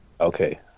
Okay